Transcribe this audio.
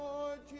Lord